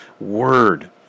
word